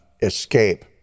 escape